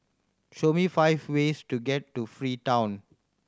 show me five ways to get to Freetown